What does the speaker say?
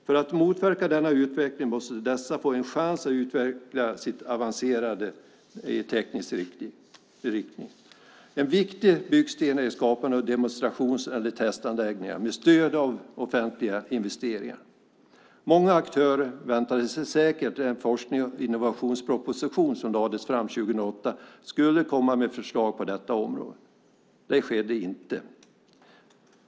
För att motverka denna utveckling måste dessa få en chans att utveckla sitt avancerande i teknisk riktning. En viktig byggsten är skapandet av demonstrations eller testanläggningar med stöd av offentliga investeringar. Många aktörer väntade sig säkert att den forsknings och innovationsproposition som lades fram 2008 skulle innehålla förslag på detta område. Det skedde inte.